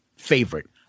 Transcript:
Favorite